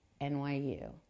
NYU